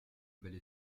belle